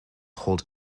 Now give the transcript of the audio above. hold